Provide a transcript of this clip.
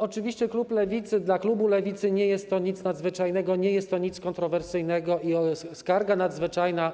Oczywiście dla klubu Lewicy nie jest to nic nadzwyczajnego, nie jest to nic kontrowersyjnego, skarga nadzwyczajna